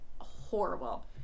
horrible